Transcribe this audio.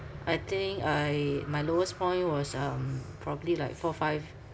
I think I my lowest point was um probably like four five no